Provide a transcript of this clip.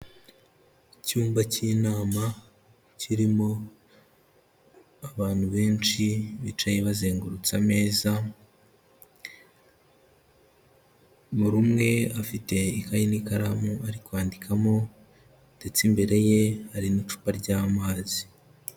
Icyumba cy'inama kirimo abantu benshi bicaye bazengurutse ameza, buri umwe afite ikaye n'ikaramu ari kwandikamo ndetse imbere ye hari n'icupa ry'amazi.